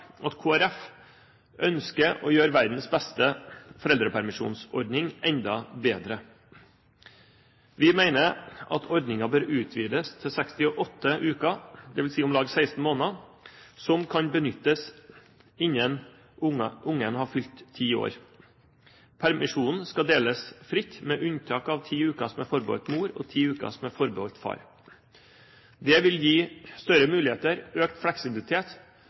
Kristelig Folkeparti ønsker å gjøre verdens beste foreldrepermisjonsordning enda bedre. Vi mener at ordningen bør utvides til 68 uker, det vil si om lag 16 måneder, som kan benyttes innen barnet har fylt ti år. Permisjonen skal deles fritt, med unntak av ti uker som er forbeholdt mor, og ti uker som er forbehold far. Det vil gi større muligheter, økt fleksibilitet